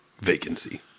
vacancy